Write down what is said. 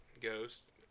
ghost